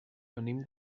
venim